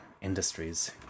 industries